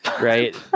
right